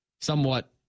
somewhat